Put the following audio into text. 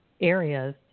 areas